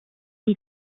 die